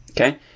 Okay